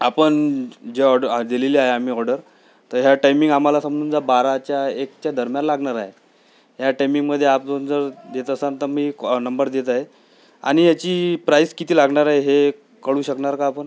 आपण जे ऑर्डर दिलेली आहे आम्ही ऑर्डर तर ह्या टायमिंग जर आम्हाला समजा बाराच्या एकच्या दरम्यान लागणार आहे या टायमिंगमध्ये आपण जर देत असाल तर मी नंबर देत आहे आणि याची प्राईस किती लागणार आहे हे कळवू शकणार का आपण